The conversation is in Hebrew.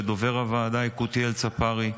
לדובר הוועדה יקותיאל צפרי,